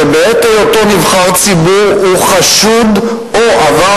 שבעת היותו נבחר ציבור הוא חשוד או עבר